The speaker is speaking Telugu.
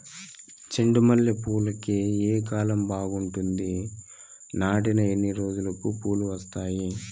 చెండు మల్లె పూలుకి ఏ కాలం బావుంటుంది? నాటిన ఎన్ని రోజులకు పూలు వస్తాయి?